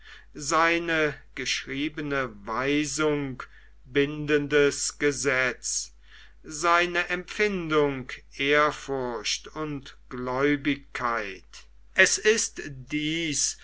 seine geschriebene weisung bindendes gesetz seine empfindung ehrfurcht und gläubigkeit es ist dies